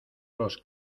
los